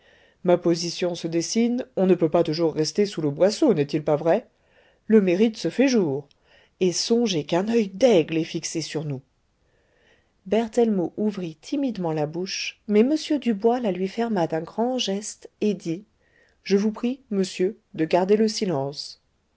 ma position se dessine on ne peut pas toujours rester sous le boisseau n'est-il pas vrai le mérite se fait jour et songez qu'un oeil d'aigle est fixé sur nous berthellemot ouvrit timidement la bouche mais m dubois la lui ferma d'un grand geste et dit je voue prie monsieur de garder le silence